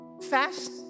fast